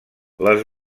les